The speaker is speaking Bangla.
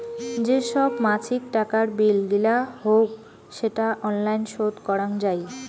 যে সব মাছিক টাকার বিল গিলা হউক সেটা অনলাইন শোধ করাং যাই